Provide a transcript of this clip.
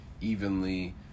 evenly